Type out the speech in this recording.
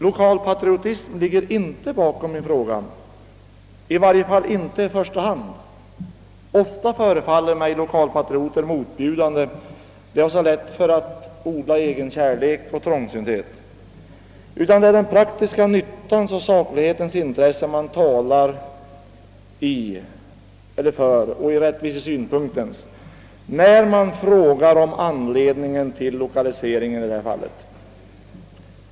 Lokalpatriotism ligger inte bakom min fråga, i varje fall inte i första hand. Ofta förefaller mig lokalpatrioter motbjudande — de har så lätt för att odla egenkärlek och trångsynthet. Det är i den praktiska nyttans, saklighetens och rättvisans intresse man frågar om anledningen till lokaliseringen i detta fall.